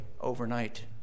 overnight